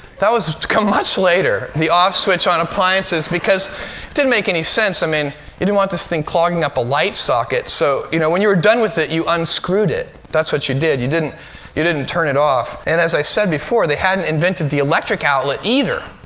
that was to come much later the off switch on appliances because it didn't make any sense. i mean, you didn't want this thing clogging up a light socket. so you know, when you were done with it, you unscrewed it. that's what you did. you didn't you didn't turn it off. and as i said before, they hadn't invented the electric outlet either,